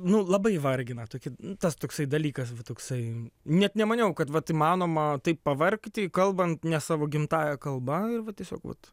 nu labai vargina tokie tas toksai dalykas va toksai net nemaniau kad vat įmanoma taip pavargti kalbant ne savo gimtąja kalba ir va tiesiog vat